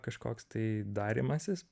kažkoks tai darymasis